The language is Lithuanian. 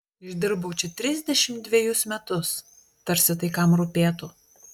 išdirbau čia trisdešimt dvejus metus tarsi tai kam rūpėtų